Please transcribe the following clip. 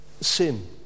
sin